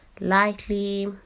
lightly